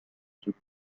زود